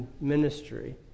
ministry